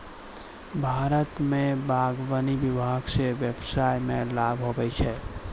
भारत मे बागवानी विभाग से व्यबसाय मे लाभ हुवै छै